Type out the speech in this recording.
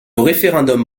référendum